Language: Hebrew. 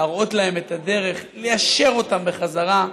להראות להם את הדרך, ליישר אותם בחזרה,